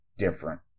Different